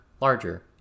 larger